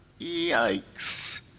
Yikes